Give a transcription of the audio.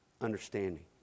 understanding